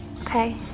okay